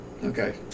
Okay